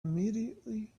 immediately